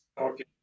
okay